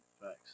thanks